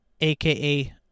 aka